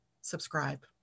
subscribe